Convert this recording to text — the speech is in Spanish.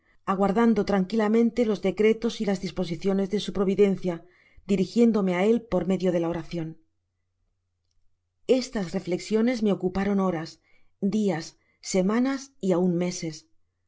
aguardando tranquilamente los decretos y las disposiciones de su providencia dirigiéndome á él por medio de la oracion estas reflexiones me ocuparon horas dias semanas y aun meses